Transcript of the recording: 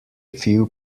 few